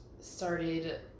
started